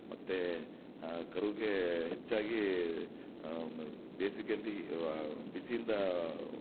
ಮತ್ತು ಕರುವಿಗೆ ಹೆಚ್ಚಾಗಿ ಬೇಸಿಗೆಯಲ್ಲಿ ಬಿಸಿಯಿಂದ